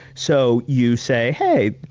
so you say hey,